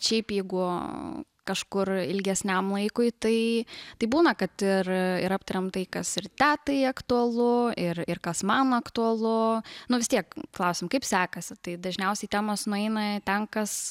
šiaip jeigu kažkur ilgesniam laikui tai tai būna kad ir ir aptariam tai kas ir tetai aktualu ir ir kas man aktualu nu vis tiek klausiam kaip sekasi tai dažniausiai temos nueina ten kas